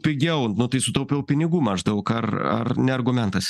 pigiau nu tai sutaupiau pinigų maždaug ar ar ne argumentas